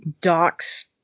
docs